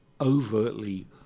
overtly